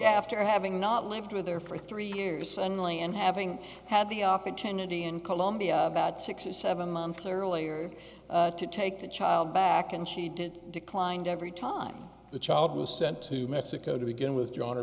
after having not lived with there for three years suddenly and having had the opportunity in colombia about six or seven months earlier to take the child back and she did declined every time the child was sent to mexico to begin with john